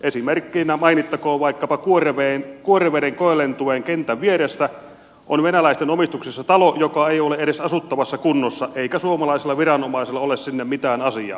esimerkkeinä mainittakoon vaikkapa että kuoreveden koelentueen kentän vieressä on venäläisten omistuksessa talo joka ei ole edes asuttavassa kunnossa eikä suomalaisilla viranomaisilla ole sinne mitään asiaa